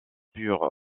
pure